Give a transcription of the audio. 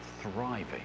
thriving